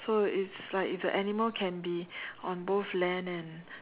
so it's like it's a animal can be on both land and